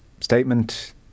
statement